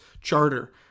charter